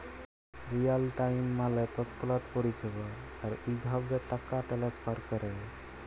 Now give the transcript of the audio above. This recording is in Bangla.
রিয়াল টাইম মালে তৎক্ষণাৎ পরিষেবা, আর ইভাবে টাকা টেনেসফার ক্যরে